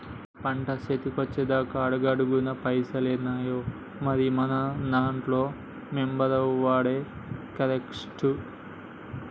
పంట సేతికొచ్చెదాక అడుగడుగున పైసలేనాయె, మరి మనం దాంట్ల మెంబరవుడే కరెస్టు